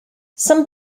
some